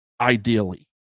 ideally